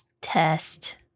Test